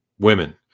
Women